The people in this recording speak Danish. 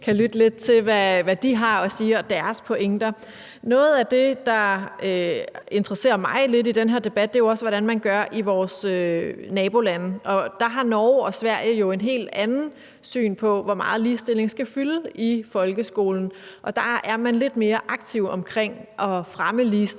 kan lytte lidt til, hvad de har at sige, og deres pointer. Noget af det, der interesserer mig lidt i den her debat, er også, hvordan man gør i vores nabolande. Der har Norge og Sverige jo et helt andet syn på, hvor meget ligestilling skal fylde i folkeskolen, og der er man lidt mere aktive omkring at fremme ligestillingen.